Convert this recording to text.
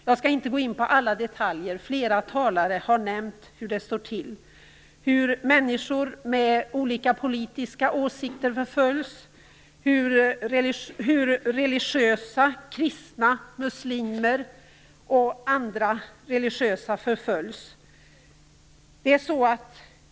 Jag skall inte gå in på alla detaljer - flera talare har nämnt hur det står till; människor med olika politiska åsikter förföljs, och kristna, muslimer och andra religiösa förföljs.